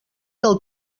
del